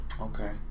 Okay